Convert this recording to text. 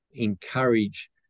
encourage